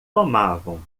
tomavam